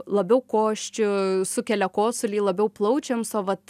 labiau kosčiu sukelia kosulį labiau plaučiams o vat